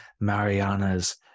Mariana's